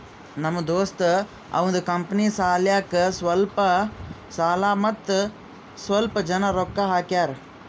ನಮ್ ದೋಸ್ತ ಅವಂದ್ ಕಂಪನಿ ಸಲ್ಯಾಕ್ ಸ್ವಲ್ಪ ಸಾಲ ಮತ್ತ ಸ್ವಲ್ಪ್ ಜನ ರೊಕ್ಕಾ ಹಾಕ್ಯಾರ್